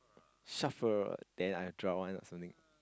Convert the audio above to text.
shuffle then I draw one also need